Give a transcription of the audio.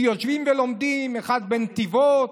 שיושבים ולומדים, אחד בנתיבות,